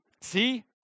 See